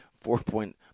four-point